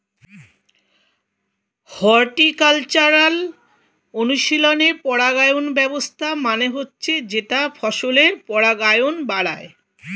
horticultural অনুশীলনে পরাগায়ন ব্যবস্থা মানে হচ্ছে যেটা ফসলের পরাগায়ন বাড়ায়